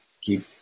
keep